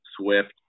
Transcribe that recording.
swift